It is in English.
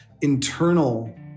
internal